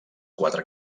quatre